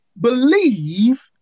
believe